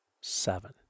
seven